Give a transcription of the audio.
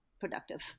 productive